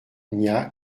nia